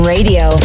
Radio